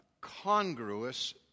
congruous